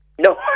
No